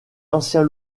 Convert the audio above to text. anciens